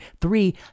Three